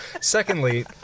Secondly